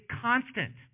constant